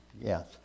Yes